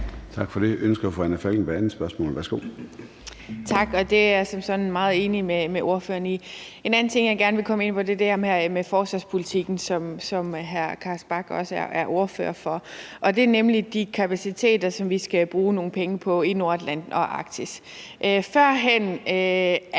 Tak for det. Ønsker fru Anna Falkenberg sit andet spørgsmål? Værsgo. Kl. 10:31 Anna Falkenberg (SP): Tak. Det er jeg som sådan meget enig med ordføreren i. En anden ting, jeg gerne vil komme ind på, er det her med forsvarspolitikken, som hr. Carsten Bach også er ordfører for, og det er nemlig de kapaciteter, som vi skal bruge nogle penge på i Nordatlanten og Arktis.